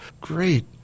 great